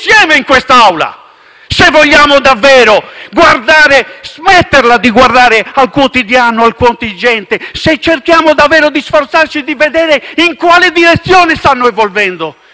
insieme in quest'Aula, se vogliamo davvero smetterla di guardare al quotidiano, al contingente, se cerchiamo davvero di sforzarci di vedere in quale direzione stanno evolvendo